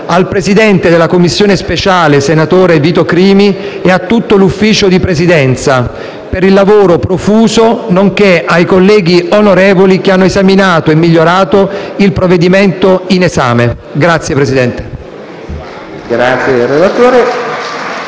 al Presidente della Commissione speciale, senatore Vito Crimi, e a tutto l'Ufficio di Presidenza per il lavoro profuso, nonché ai colleghi senatori che hanno esaminato e migliorato il provvedimento in esame.*(Applausi dal Gruppo M5S)*.